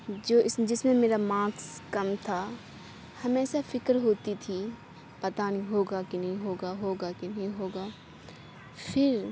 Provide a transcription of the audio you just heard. جو جس میں میرا مارکس کم تھا ہمیشہ فکر ہوتی تھی پتہ نہیں ہوگا کہ نہیں ہوگا ہوگا کہ نہیں ہوگا پھر